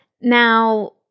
Now